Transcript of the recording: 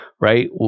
Right